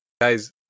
Guys